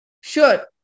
Sure